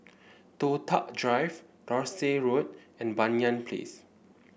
Toh Tuck Drive Dorset Road and Banyan Place